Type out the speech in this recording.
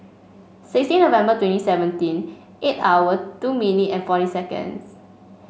sixteen November twenty seventeen eight hour two minute and forty seconds